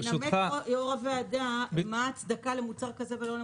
ינמק יו"ר הוועדה מה ההצדקה למוצר כזה ולא למוצר אחר?